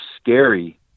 scary